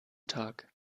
tag